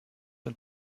und